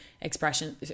expression